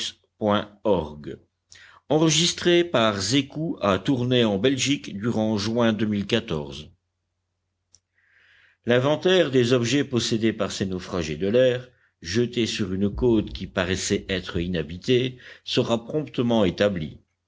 vi l'inventaire des objets possédés par ces naufragés de l'air jetés sur une côte qui paraissait être inhabitée sera promptement établi